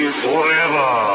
forever